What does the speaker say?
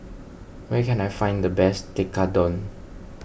where can I find the best Tekkadon